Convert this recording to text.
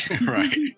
Right